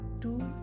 two